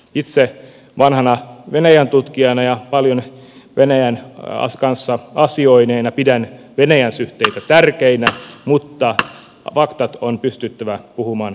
itse vanhana venäjän tutkijana ja paljon venäjän kanssa asioineena pidän venäjän suhteita tärkeinä mutta faktat on pystyttävä puhumaan avoimesti